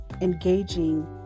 engaging